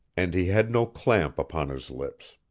and he had no clamp upon his lips.